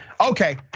okay